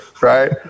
right